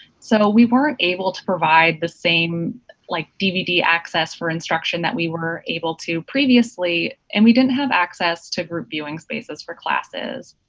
so we weren't able to provide the same like dvd access for instruction that we were able to previously, and we didn't have access to reviewing spaces for classes.